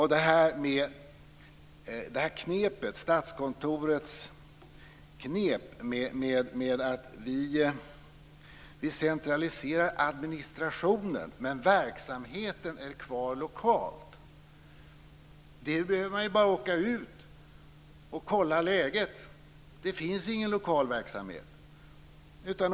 Vad gäller Statskontorets knep att centralisera administrationen men ha kvar verksamheten lokalt behöver man bara åka ut och kolla läget för att upptäcka att det inte finns någon lokal verksamhet.